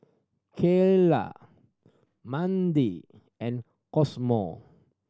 Keyla Mandi and Cosmo